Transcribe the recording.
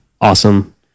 awesome